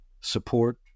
support